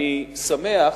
אני שמח